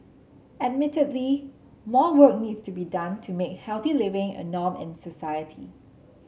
admittedly more work needs to be done to make healthy living a norm in society